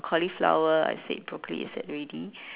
cauliflower I said broccoli I said already